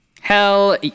hell